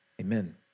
amen